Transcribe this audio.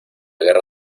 guerra